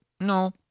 No